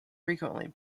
frequently